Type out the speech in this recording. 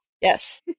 Yes